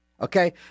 Okay